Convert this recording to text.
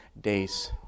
days